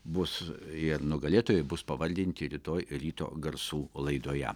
bus ir nugalėtojai bus pavaldinti rytoj ryto garsų laidoje